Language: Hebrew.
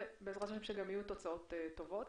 ובעזרת השם שגם יהיו תוצאות טובות.